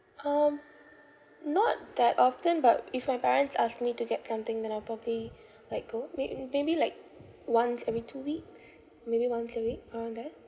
um not that often but if my parents ask me to get something then I'll probably like go may~ maybe like once every two weeks maybe once a week around there